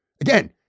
again